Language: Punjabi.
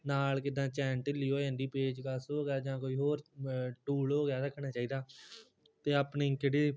ਨਾਲ ਜਿੱਦਾਂ ਚੈਨ ਢਿੱਲੀ ਹੋ ਜਾਂਦੀ ਪੇਜਕਸ ਹੋ ਗਿਆ ਜਾਂ ਕੋਈ ਹੋਰ ਟੂਲ ਹੋ ਗਿਆ ਰੱਖਣਾ ਚਾਹੀਦਾ ਅਤੇ ਆਪਣੀ ਕਿਹੜੇ